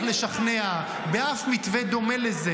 אני קונה את זה.